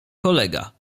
kolega